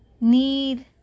need